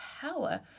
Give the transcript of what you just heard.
power